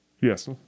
Yes